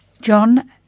John